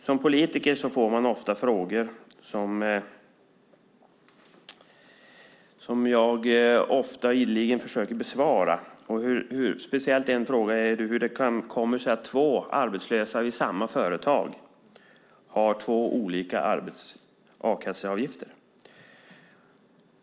Som politiker får man ofta frågor, och jag brukar ideligen försöka besvara dem. Speciellt en fråga är hur det kommer sig att två arbetslösa i samma företag har två olika a-kasseavgifter.